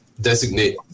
designate